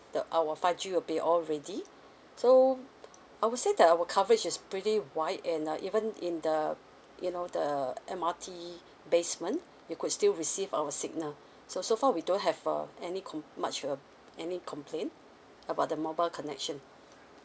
the our five G will be all ready so I would say that our coverage is pretty wide and uh even in the you know the M_R_T basement you could still receive our signal so so far we don't have uh any com much uh any complain about the mobile connection